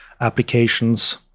applications